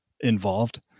involved